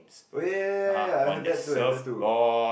oh yea yea yea yea yea I have that too have that too